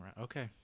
Okay